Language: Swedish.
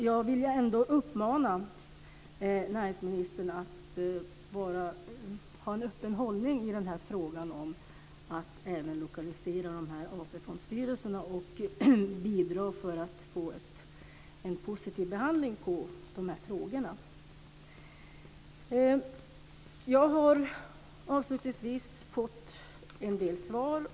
Jag vill ändå uppmana näringsministern att ha en öppen hållning i frågan om att även lokalisera AP fondstyrelserna och att bidra till att få en positiv behandling av de här frågorna. Jag har, avslutningsvis, fått en del svar.